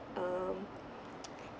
um